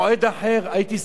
אפילו אחרי החגים.